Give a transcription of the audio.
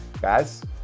guys